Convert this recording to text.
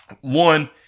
One